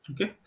Okay